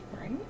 Right